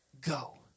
Go